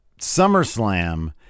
SummerSlam